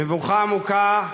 מבוכה עמוקה,